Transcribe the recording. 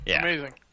Amazing